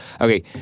Okay